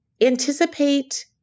anticipate